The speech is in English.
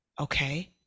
okay